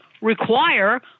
require